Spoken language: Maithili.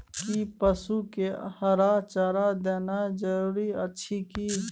कि पसु के हरा चारा देनाय जरूरी अछि की?